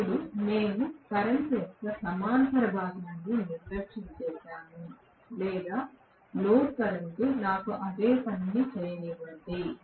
ఇప్పుడు మేము కరెంట్ యొక్క సమాంతర భాగాన్ని నిర్లక్ష్యం చేసాము లేదా లోడ్ కరెంట్ నాకు అదే పని చేయనివ్వండి